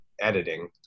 editing